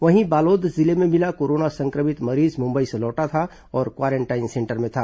वहीं बालोद जिले में मिला कोरोना संक्रमित मरीज मुंबई से लोटा था और क्वारेंटाइन में था